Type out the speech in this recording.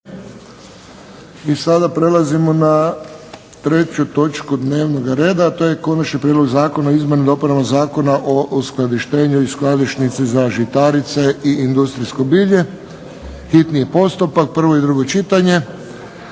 I sada prelazimo na treću točku dnevnoga reda, a to je - Konačni prijedlog Zakona o izmjenama i dopunama Zakona o uskladištenju i skladišnici za žitarice i industrijsko bilje, hitni postupak, prvo i drugo čitanje,